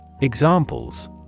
Examples